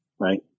right